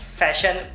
fashion